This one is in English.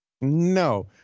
No